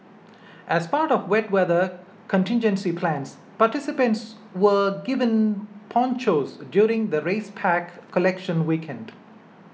as part of wet weather contingency plans participants were given ponchos during the race pack collection weekend